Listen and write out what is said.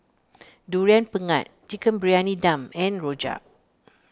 Durian Pengat Chicken Briyani Dum and Rojak